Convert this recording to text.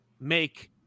make